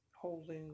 holding